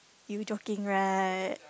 you joking right